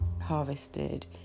harvested